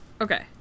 Okay